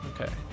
Okay